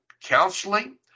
counseling